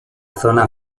zona